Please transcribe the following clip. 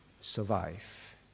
survive